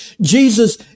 Jesus